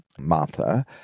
Martha